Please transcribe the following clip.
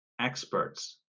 experts